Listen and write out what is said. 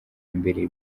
mbere